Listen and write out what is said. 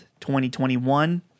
2021